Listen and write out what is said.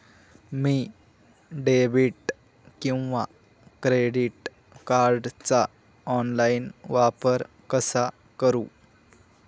मी debit किंवा credit कार्डचा online वापर कसा करु?